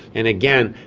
and again,